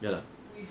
ya lah